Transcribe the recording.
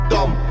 Dumb